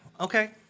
okay